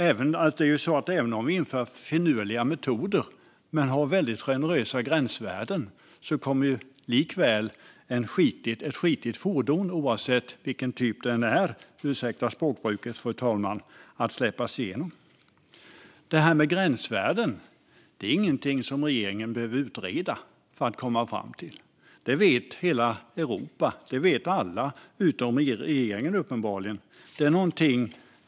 Även om vi inför finurliga metoder men har väldigt generösa gränsvärden kommer ett skitigt fordon att släppas igenom. Gränsvärdena behöver regeringen inte utreda för att komma fram till. Hela Europa, ja, alla utom uppenbarligen regeringen vet dem.